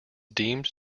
deemed